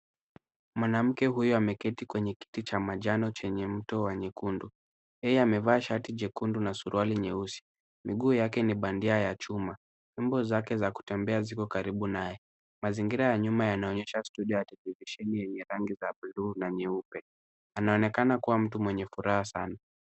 Mwanamke huyu ameketi kwenye kiti cha manjano chenye mto wa nyekundu. Yeye amevaa shati jekundu na suruali nyeusi. Miguu yake ni bandia ya chuma . Fimbo zake za kutembea ziko karibu naye. Mazingira ya nyuma yanaonyesha studio ya mashine zenye rangi ya buluu na nyeupe. Anaonekana kuwa mtu mwenye furaha sana.